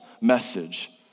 message